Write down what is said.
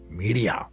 media